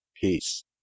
peace